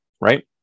right